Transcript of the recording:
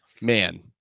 Man